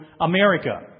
America